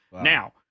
Now